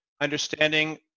understanding